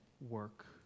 work